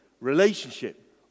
relationship